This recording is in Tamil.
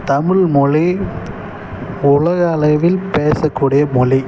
தமிழ் மொழி உலகளவில் பேசக்கூடிய மொழி